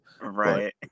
Right